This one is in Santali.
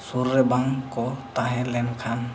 ᱥᱩᱨ ᱨᱮ ᱵᱟᱝᱠᱚ ᱛᱟᱦᱮᱸ ᱞᱮᱱᱠᱷᱟᱱ